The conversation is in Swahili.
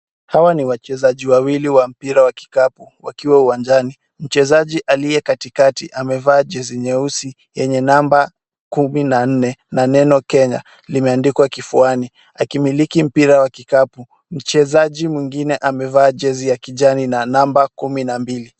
Hawa ni wachezaji wawili wa mpira wa kikapu wakiwa uwanjani, mchezaji aliye katikati amevaa jezi nyeusi yenye namba kumi na nne na neno Kenya limeandikwa kifuani akimiliki mpira wa kikapu, mchezaji mwingine amevaa jezi ya kijani na namba kumi na mbili.